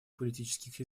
политических